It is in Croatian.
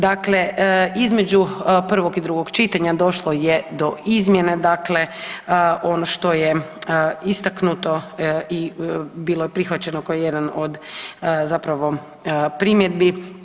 Dakle, između prvog i drugog čitanja došlo je do izmjene, dakle ono što je istaknuto i bilo je prihvaćeno kao jedan od zapravo primjedbi.